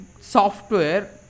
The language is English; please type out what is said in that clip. software